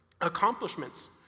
Accomplishments